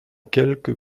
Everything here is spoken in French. quelque